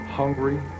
hungry